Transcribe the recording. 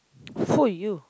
full you